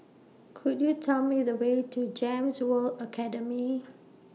Could YOU Tell Me The Way to Gems World Academy